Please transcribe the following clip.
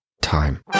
time